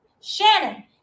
Shannon